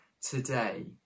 today